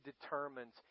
determines